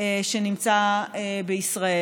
שנמצא בישראל?